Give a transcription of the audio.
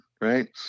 right